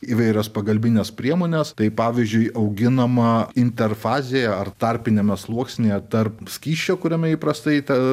įvairios pagalbinės priemonės tai pavyzdžiui auginama interfazėj ar tarpiniame sluoksnyje tarp skysčio kuriame įprastai ta